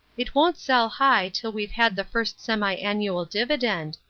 it won't sell high till we've had the first semi-annual dividend.